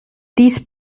these